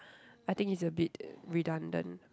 I think it's a bit uh redundant